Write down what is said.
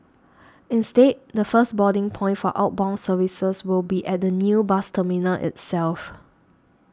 instead the first boarding point for outbound services will be at the new bus terminal itself